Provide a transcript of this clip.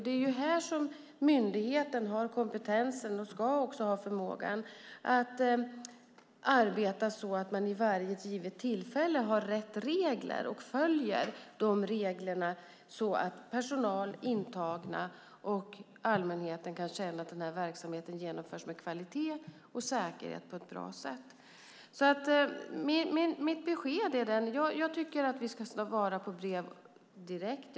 Det är här myndigheten har kompetensen och också ska ha förmågan att arbeta så att man vid varje givet tillfälle har rätt regler och följer de reglerna så att personal, intagna och allmänhet kan känna att verksamheten genomförs med kvalitet och säkerhet på ett bra sätt. Det är alltså mitt besked: Jag tycker att vi ska svara på brev direkt.